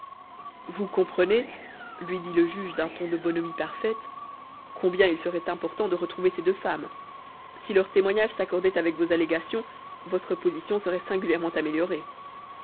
vous comprenez lui dit le juge d'un ton de bonhomie parfaite combien il serait important de retrouver ces deux femmes si leur témoignage s'accordait avec vos allégations votre position serait singulièrement améliorée